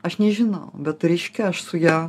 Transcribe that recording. aš nežinau bet reiškia aš su ja